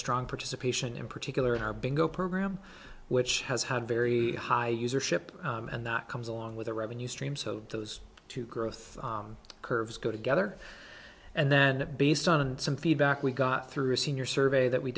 strong participation in particular in our bingo program which has had very high user ship and that comes along with a revenue stream so those two growth curves go together and then based on some feedback we got through senior survey that we